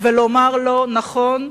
ולומר לו: נכון,